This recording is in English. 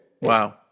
Wow